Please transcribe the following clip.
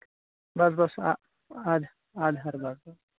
بَس بَس آدھار باقٕے